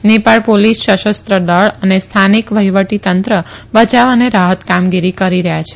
Nepal police શસસ્ત્ર દળ અને સ્થાનિક વહીવટીતંત્ર બચાવ અને રાહત કામગીરી કરી રહ્યા છે